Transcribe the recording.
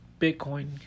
Bitcoin